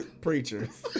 Preachers